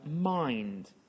mind